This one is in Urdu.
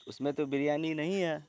اس میں تو بریانی نہیں ہے